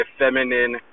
feminine